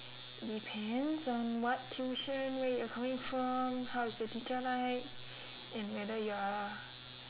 depends on what tuition where you coming from how is the teacher like and whether you are